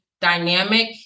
dynamic